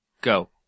go